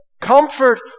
comfort